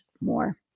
more